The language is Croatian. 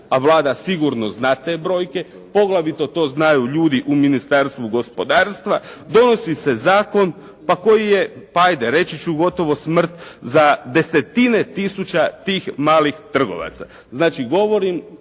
a Vlada sigurno zna te brojke, poglavito to znaju ljudi u Ministarstvu gospodarstva, donosi se zakon pa koji je pa ajde reći ću, gotovo smrt za desetine tisuća tih malih trgovaca.